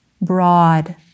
broad